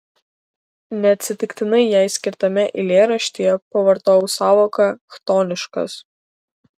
neatsitiktinai jai skirtame eilėraštyje pavartojau sąvoką chtoniškas